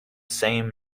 same